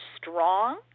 strong